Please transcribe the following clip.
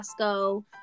Costco